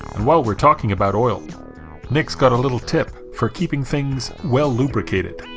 and while we're talking about oil nick's got a little tip for keeping things well lubricated